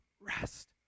rest